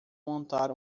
montar